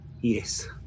yes